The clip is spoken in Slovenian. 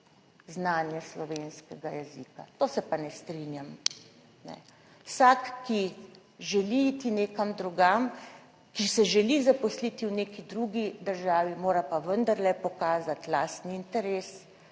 znanje slovenskega jezika. To se pa ne strinjam. Vsak, ki želi iti nekam drugam, ki se želi zaposliti v neki drugi državi, mora pa vendarle pokazati lastni interes